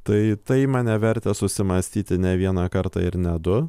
tai tai mane vertė susimąstyti ne vieną kartą ir ne du